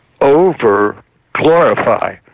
over-glorify